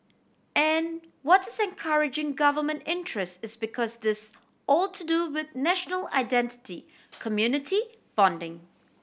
and what is encouraging Government interest is because this all to do with national identity community bonding